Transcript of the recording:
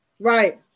Right